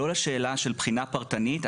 לא לשאלה של בחינה פרטנית.